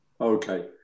Okay